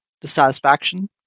dissatisfaction